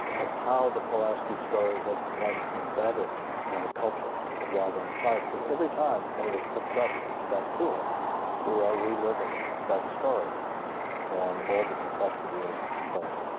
of how the pulaski story has become embedded in our culture of wildland fire because every time one of us picks up that tool we are reliving that story and all the complexity it brings